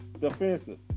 defensive